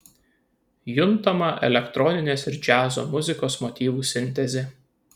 juntama elektroninės ir džiazo muzikos motyvų sintezė